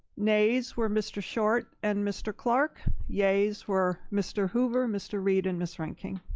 nays where mr. short and mr. clark, yeas were mr. hoover, mr. reid and miss reinking.